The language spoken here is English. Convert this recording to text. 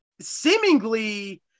seemingly